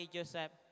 Joseph